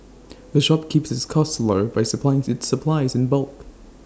the shop keeps its costs low by supplies its supplies in bulk